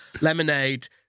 Lemonade